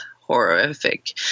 horrific